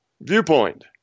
viewpoint